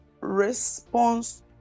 response